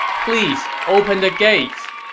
please open the gates!